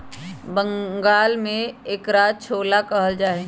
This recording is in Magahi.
बंगाल में एकरा छोला कहल जाहई